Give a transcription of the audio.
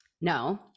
No